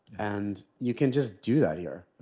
and you can just do that here.